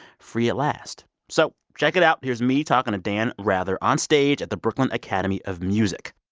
free at last. so check it out. here's me talking to dan rather on stage at the brooklyn academy of music